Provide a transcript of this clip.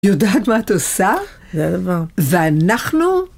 יודעת מה את עושה? יודעת מה? זה אנחנו?